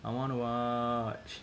I wanna watch